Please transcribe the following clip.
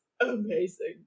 amazing